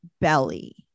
belly